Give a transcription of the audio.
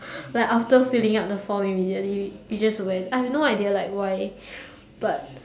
like outer filling up the form immediately we just went I have no idea like why but